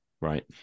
right